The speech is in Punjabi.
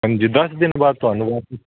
ਹਾਂਜੀ ਦਸ ਦਿਨ ਬਾਅਦ ਤੁਹਾਨੂੰ